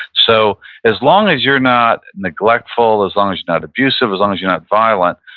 so as long as you're not neglectful, as long as you're not abusive, as long as you're not violent,